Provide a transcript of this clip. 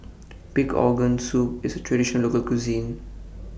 Pig Organ Soup IS A Traditional Local Cuisine